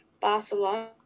Barcelona